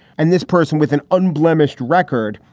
and this person with an unblemished record.